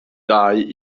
dau